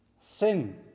Sin